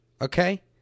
okay